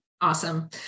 Awesome